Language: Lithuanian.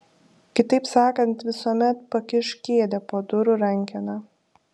kitaip sakant visuomet pakišk kėdę po durų rankena